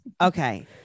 Okay